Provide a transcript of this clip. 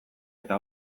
eta